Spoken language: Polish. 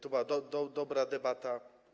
To była dobra debata.